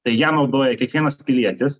tai ją naudoja kiekvienas pilietis